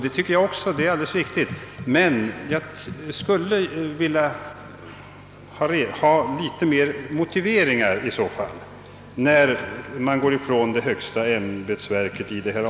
Det finner jag också alldeles riktigt, men jag skulle i så fall vilja ha litet utförligare motiveringar när statsrådet går ifrån det högsta ansvariga ämbetsverkets uppfattning.